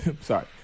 Sorry